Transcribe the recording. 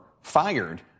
fired